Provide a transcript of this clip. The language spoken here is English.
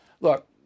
Look